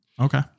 Okay